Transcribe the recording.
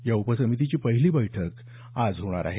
या उपसमितीची पहिली बैठक आज होणार आहे